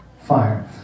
fire